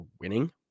winning